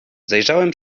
zajrzałem